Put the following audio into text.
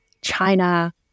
China